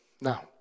Now